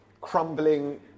crumbling